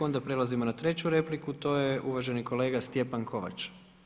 Onda prelazimo na treću repliku to je uvaženi kolega Stjepan Kovač.